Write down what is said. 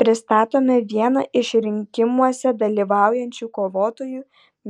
pristatome vieną iš rinkimuose dalyvaujančių kovotojų